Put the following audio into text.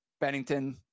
Bennington